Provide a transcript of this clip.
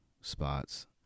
Spots